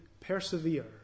persevere